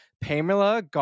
Pamela